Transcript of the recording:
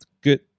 Good